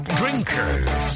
drinkers